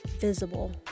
visible